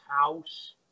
house